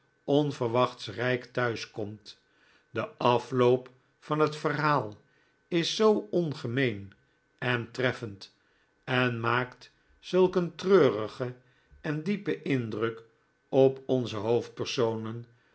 onverwachts rijk thuis komt de afloop van het verhaal is zoo ongemeen en tr effend en maakt zulk een treurigen en diepen indruk op onze hoofdpersonen